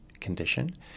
condition